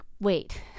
wait